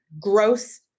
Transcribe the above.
gross